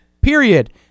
Period